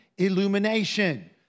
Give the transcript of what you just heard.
illumination